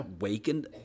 awakened